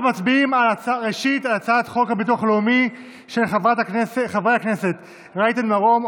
אנחנו מצביעים על הצעת חוק הביטוח הלאומי של חברי הכנסת רייטן מרום,